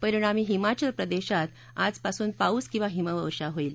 परिणामी हिमाचल प्रदेशात आजपासून पाऊस किंवा हिमवर्षाव होईल